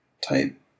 type